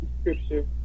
scripture